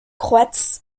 cloîtres